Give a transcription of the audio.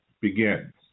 begins